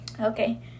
Okay